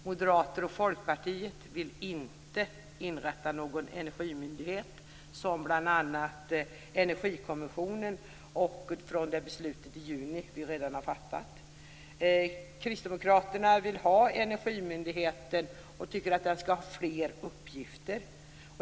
Moderaterna och Folkpartiet vill inte inrätta någon energimyndighet, som bl.a. energikommissionen och junibeslutet redan har sagt. Kristdemokraterna vill ha energimyndigheten och tycker att den skall ha fler uppgifter.